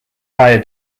higher